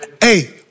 Hey